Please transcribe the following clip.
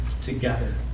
together